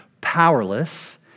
powerless